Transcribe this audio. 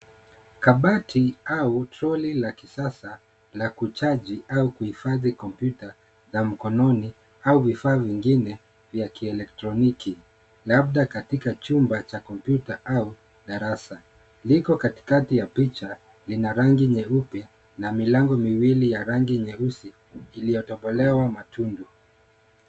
Kabati au troli la kisasa la kuchaji au kuhifadhi kompyuta za mkononi au vifaa vingine vya kielektroniki labda katika chumba cha kompyuta au darasa, liko katikati ya picha lina rangi nyeupe na milango miwili ya rangi nyeusi iliotobolewa matundu.